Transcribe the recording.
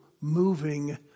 moving